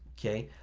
okay?